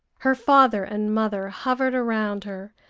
her father and mother hovered around her,